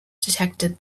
detected